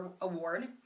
Award